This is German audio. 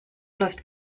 läuft